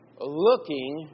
looking